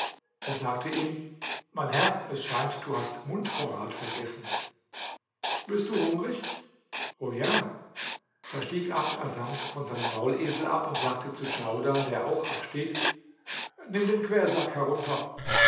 er sagte ihm mein herr es scheint du hast mundvorrat vergessen bist du hungrig o ja da stieg abd assamd von seinem maulesel ab und sagte zu djaudar der auch abstieg nimm den quersack herunter